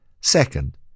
Second